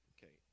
Okay